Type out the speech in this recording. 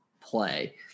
play